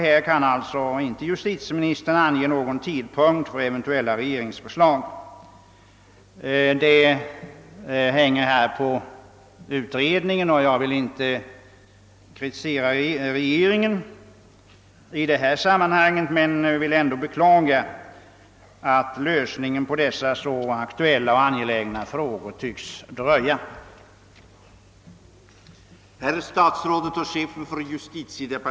Här kan alltså justitieministern inte ange någon tidpunkt för eventuella regeringsförslag. Detta hänger på utredningen, och jag vill inte kritisera regeringen i detta sammanhang, men jag vill ändå beklaga att lösningen av dessa så aktuella och angelägna frågor tycks dröja.